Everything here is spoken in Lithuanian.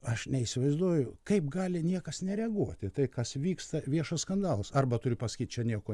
aš neįsivaizduoju kaip gali niekas nereaguoti į tai kas vyksta viešas skandalas arba turiu pasakyt čia nieko